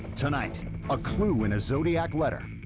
tonight a clue in a zodiac letter.